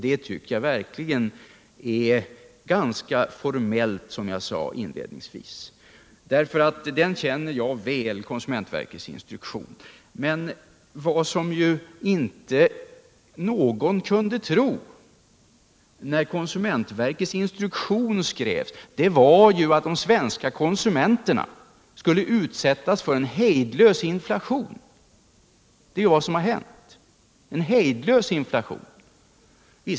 Det är verkligen ganska formellt, som jag nämnde inledningsvis, för konsumentverkets instruktion känner jag väl. Men vad inte någon kunde tro när konsumentverkets instruktion skrevs var att de svenska konsumenterna skulle utsättas för en hejdlös inflation. Det är vad som har hänt — en hejdlös inflation.